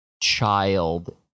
child